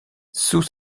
sous